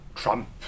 Trump